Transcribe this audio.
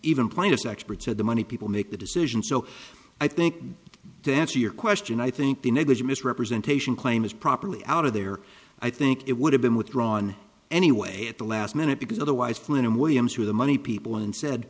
even plaintiffs experts said the money people make the decision so i think to answer your question i think the negligent misrepresentation claim is properly out of there i think it would have been withdrawn anyway at the last minute because otherwise flynn and williams who are the money people and said